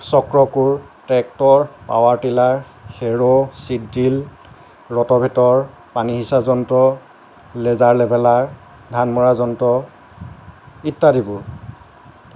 চক্ৰকোৰ tractor power tiller খেৰ' seed drill rotavator পানী সিঁচা যন্ত্ৰ লেজাৰ লেভেলাৰ ধান মৰা যন্ত্ৰ ইত্যাদিবোৰ